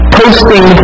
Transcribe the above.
posting